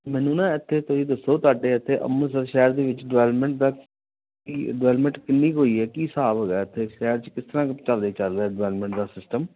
ਮੈਨੂੰ ਨਾ ਇੱਥੇ ਤੁਸੀਂ ਦੱਸੋ ਤੁਹਾਡੇ ਇੱਥੇ ਅੰਮ੍ਰਿਤਸਰ ਸ਼ਹਿਰ ਦੇ ਵਿੱਚ ਡਿਵੈਲਪਮੈਂਟ ਦਾ ਕੀ ਡਿਵੈਲਪਮੈਂਟ ਕਿੰਨੀ ਹੋਈ ਹੈ ਕੀ ਹਿਸਾਬ ਹੋ ਗਿਆ ਇੱਥੇ ਸ਼ਹਿਰ 'ਚ ਕਿਸ ਤਰ੍ਹਾਂ ਚੱਲ ਰਿਹਾ ਡਿਵੈਲਪਮੈਂਟ ਦਾ ਸਿਸਟਮ